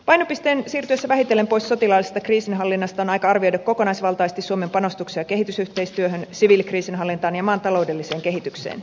painopisteen siirtyessä vähitellen pois sotilaallisesta kriisinhallinnasta on aika arvioida kokonaisvaltaisesti suomen panostuksia kehitysyhteistyöhön siviilikriisinhallintaan ja maan taloudelliseen kehitykseen